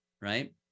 right